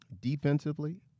defensively